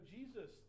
Jesus